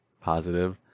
positive